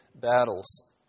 battles